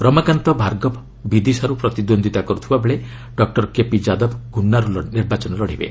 ରମାକାନ୍ତ ଭାର୍ଗବ ବିଦିଶାର୍ ପ୍ରତିଦ୍ୱନ୍ଦୀତା କର୍ରଥିବା ବେଳେ ଡକ୍କର କେପି ଯାଦବ ଗ୍ରନ୍ନାର୍ ନିର୍ବାଚନ ଲଢ଼ିବେ